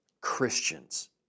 Christians